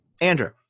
Andrew